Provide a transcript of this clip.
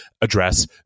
address